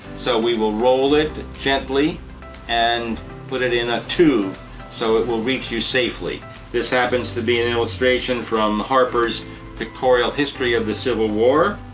so we will roll it gently and put it in a tube so it will reach you safely. this happens to be an illustration from harper's pictorial history of the civil war.